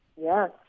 Yes